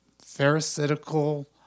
pharisaical